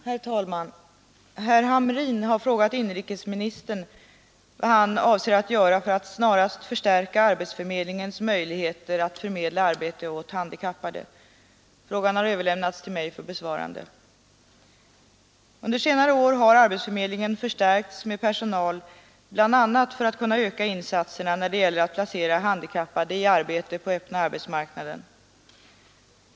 Herr talman! Herr Hamrin har frågat inrikesministern vad han avser att göra för att snarast förstärka arbetsförmedlingens möjligheter att förmedla arbete åt handikappade. Frågan har överlämnats till mig för besvarande. Under senare år har arbetsförmedlingen förstärkts med personal bl.a. för att kunna öka insatserna när det gäller att placera handikappade i arbete på den öppna marknaden.